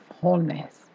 wholeness